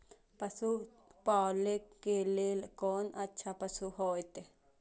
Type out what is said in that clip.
पशु पालै के लेल कोन अच्छा पशु होयत?